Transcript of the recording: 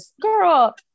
girl